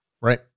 Right